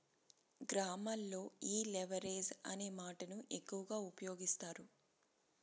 గ్రామాల్లో ఈ లెవరేజ్ అనే మాటను ఎక్కువ ఉపయోగిస్తారు